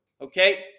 okay